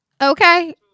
Okay